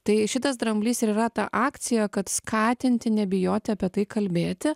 tai šitas dramblys ir yra ta akcija kad skatinti nebijoti apie tai kalbėti